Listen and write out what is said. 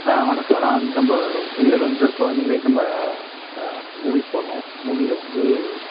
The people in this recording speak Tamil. ஆ வணக்கம் நான் வந்து நம்ம வெளியூரில் வந்து இருக்கோம் இன்னைக்கு நைட்டு நம்ம அட் மூவி போகிறோம் மூவியில் வந்து